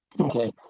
Okay